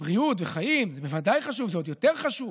ובריאות וחיים זה בוודאי חשוב, זה עוד יותר חשוב,